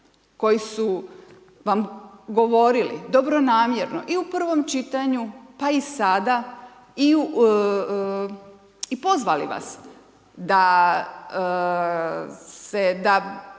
koji su vam govorili dobronamjerno i u prvom čitanju, pa i sada i pozvali vas da